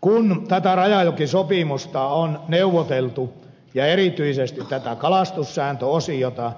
kun tätä rajajokisopimusta on neuvoteltu erityisesti tätä kalastussääntöosiota